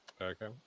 Okay